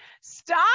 stop